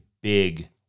big